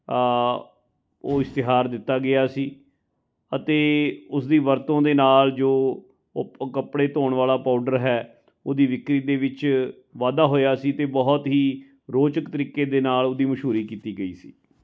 ਉਹ ਇਸ਼ਤਿਹਾਰ ਦਿੱਤਾ ਗਿਆ ਸੀ ਅਤੇ ਉਸ ਦੀ ਵਰਤੋਂ ਦੇ ਨਾਲ ਜੋ ਉਹ ਕੱਪੜੇ ਧੋਣ ਵਾਲਾ ਪਾਊਡਰ ਹੈ ਉਹਦੀ ਵਿਕਰੀ ਦੇ ਵਿੱਚ ਵਾਧਾ ਹੋਇਆ ਸੀ ਅਤੇ ਬਹੁਤ ਹੀ ਰੋਚਕ ਤਰੀਕੇ ਦੇ ਨਾਲ ਉਹਦੀ ਮਸ਼ਹੂਰੀ ਕੀਤੀ ਗਈ ਸੀ